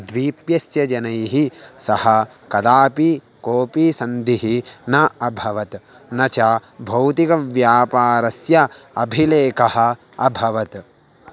द्वीपस्य जनैः सह कदापि कोपि सन्धिः न अभवत् न च भौतिकव्यापारस्य अभिलेखः अभवत्